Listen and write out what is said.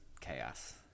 chaos